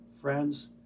friends